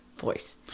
voice